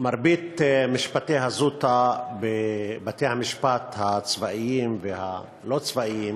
מרבית משפטי הזוטא בבתי-המשפט הצבאיים והלא-צבאיים